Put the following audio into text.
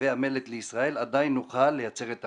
רכיבי המלט לישראל עדיין נוכל לייצר את המלט.